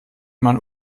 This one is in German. man